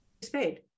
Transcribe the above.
spade